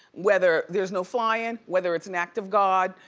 whether there's no flying, whether it's an act of god,